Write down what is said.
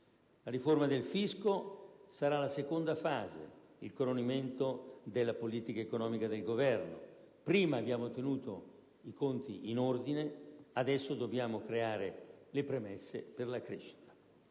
La riforma del fisco sarà la seconda fase, il coronamento della politica economica del Governo: prima abbiamo tenuto i conti in ordine, adesso dobbiamo creare le premesse per la crescita.